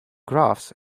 graphs